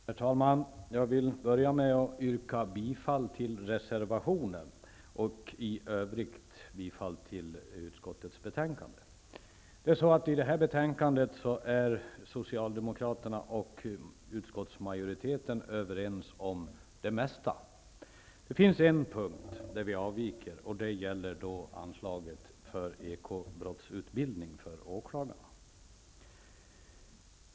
Herr talman! Jag vill börja med att yrka bifall till reservationen och i övrigt till utskottets hemställan. I detta betänkande är Socialdemokraterna och utskottsmajoriteten överens om det mesta. Det finns en punkt där vi avviker. Det gäller anslaget till ekobrottsutbildning för åklagare.